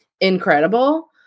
Incredible